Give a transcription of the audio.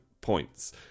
points